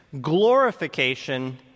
glorification